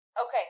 okay